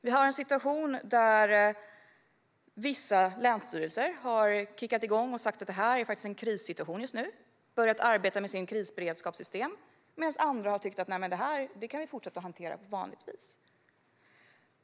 Vi har en situation där vissa länsstyrelser har kickat igång och sagt att det är en krissituation just nu och börjar arbeta med sitt krisberedskapssystem, medan andra har tyckt att man kan fortsätta hantera situationen på vanligt vis.